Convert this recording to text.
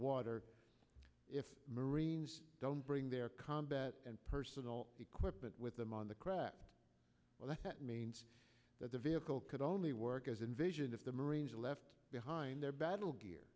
water if marines don't bring their combat and personal equipment with them on the cracks that means that the vehicle could only work as invasion if the marines left behind their battle gear